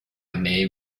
may